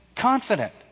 confident